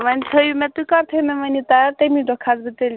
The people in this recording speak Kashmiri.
وۅنۍ تھٲوِو مےٚ تُہۍ کَر تھٲوِو مےٚ وَن یہِ تَیار تَمی دۄہ کھَسہٕ بہٕ تیٚلہِ